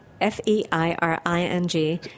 F-E-I-R-I-N-G